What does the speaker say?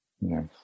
Yes